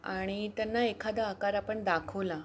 आणि त्यांना एखादा आकार आपण दाखवला